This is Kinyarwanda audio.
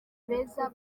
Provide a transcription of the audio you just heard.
beza